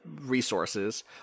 resources